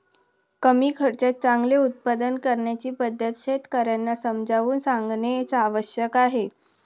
कमी खर्चात चांगले उत्पादन करण्याची पद्धत शेतकर्यांना समजावून सांगणे आवश्यक आहे